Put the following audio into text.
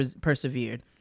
persevered